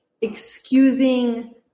excusing